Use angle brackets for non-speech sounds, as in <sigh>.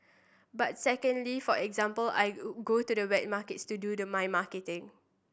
but secondly for example I <unintelligible> go to the wet markets to do the my marketing